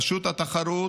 רשות התחרות,